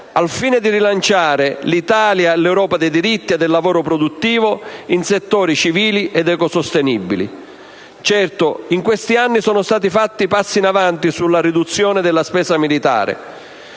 al fine di rilanciare l'Italia e l'Europa dei diritti e del lavoro produttivo in settori civili ed ecosostenibili. Certo, in questi anni sono stati fatti passi in avanti sulla riduzione della spesa militare.